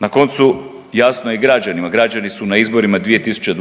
Na koncu jasno je i građanima. Građani su na izborima 2020.,